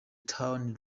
town